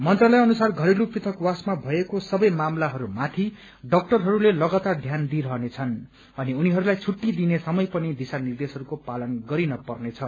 मन्त्रालय अनुसार घरेलू पृथकवासमा भएको सबै मामलाहरूमाथि डाक्टरहरूको लगातार ध्यान दिइरहनेछन् अनि उनीहरूलाई छुट्टी दिने समय पनि दिशा निर्देशहरूको पालन गरिन पर्नेछ